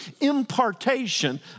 impartation